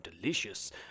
delicious